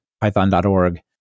Python.org